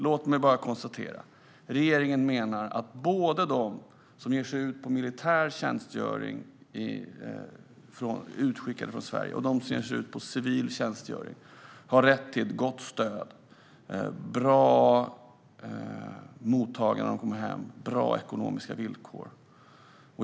Låt mig bara konstatera: Regeringen menar att både de som ger sig ut på militär tjänstgöring, som är utskickade från Sverige, och de som ger sig ut på civil tjänstgöring har rätt till ett gott stöd, ett bra mottagande när de kommer hem och bra ekonomiska villkor.